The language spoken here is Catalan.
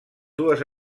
dues